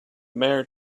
mare